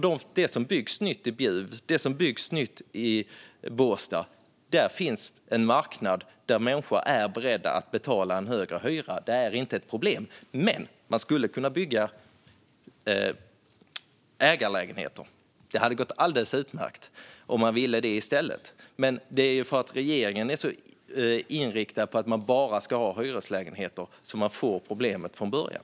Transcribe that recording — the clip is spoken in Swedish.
Det finns en marknad för det som byggs nytt i Bjuv och i Båstad, där människor är beredda att betala en högre hyra. Det är inte ett problem. Om man hade velat skulle man i stället kunnat bygga ägarlägenheter. Det hade gått alldeles utmärkt. Men det är för att regeringen är så inriktad på att det bara ska vara hyreslägenheter som man får problemet från början.